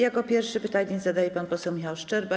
Jako pierwszy pytanie zadaje pan poseł Michał Szczerba.